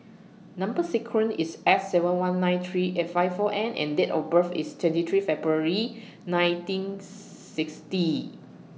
Number sequence IS S seven one nine three eight five four N and Date of birth IS twenty three February nineteen sixty